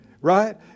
Right